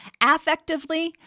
Affectively